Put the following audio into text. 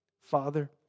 Father